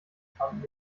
fanden